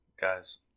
Guys